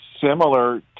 Similar